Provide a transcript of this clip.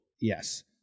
Yes